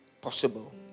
possible